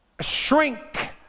shrink